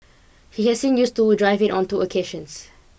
he has sin used to drive it on two occasions